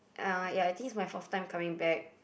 uh ya I think it's my fourth time coming back